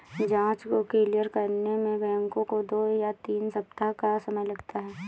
जाँच को क्लियर करने में बैंकों को दो या तीन सप्ताह का समय लगता है